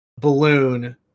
balloon